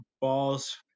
balls